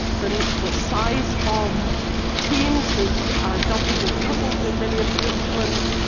the the size of teams has doubled or tripled in many of the disciplines.